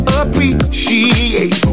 appreciate